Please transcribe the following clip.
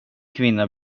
kvinna